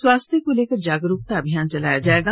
स्वास्थ्य को लेकर जागरूकता अभियान चलाया जाएगा